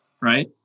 right